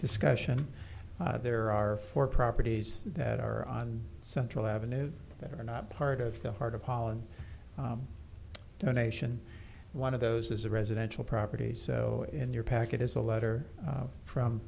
discussion there are four properties that are on central avenue that are not part of the heart of holland donation one of those is a residential property so in your packet is a letter from